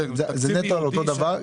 זה נטו על אותו דבר,